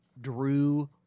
Drew